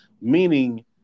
meaning